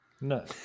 No